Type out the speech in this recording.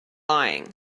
lying